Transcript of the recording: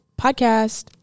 podcast